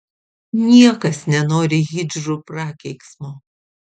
niekas nenori hidžrų prakeiksmo